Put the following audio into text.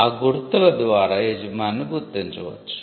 ఆ గుర్తుల ద్వారా యజమానిని గుర్తించవచ్చు